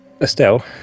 Estelle